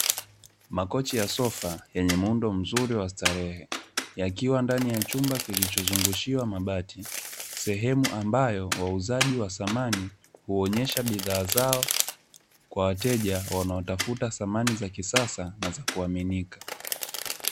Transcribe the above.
Makochi ya sofa yenye muundo mzuri wa starehe yakiwa ndani ya chumba kilichozungushiwa mabati, sehemu ambayo wauzaji wa samani huonyesha bidhaa zao kwa wateja wanaotafuta samani za kisasa na za kuaminika.